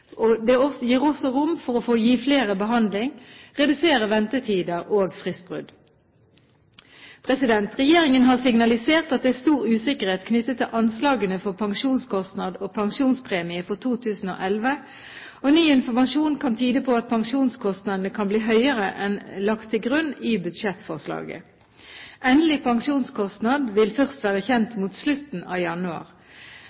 Det gir også rom for å gi flere behandling og redusere ventetider og antall fristbrudd. Regjeringen har signalisert at det er stor usikkerhet knyttet til anslagene for pensjonskostnad og pensjonspremie for 2011, og ny informasjon kan tyde på at pensjonskostnadene kan bli høyere enn lagt til grunn i budsjettforslaget. Endelig pensjonskostnad vil først